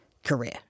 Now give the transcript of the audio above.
career